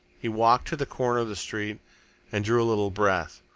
he walked to the corner of the street and drew a little breath.